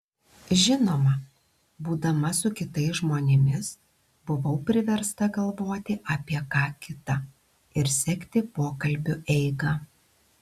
žinoma būdama su kitais žmonėmis buvau priversta galvoti apie ką kita ir sekti pokalbių eigą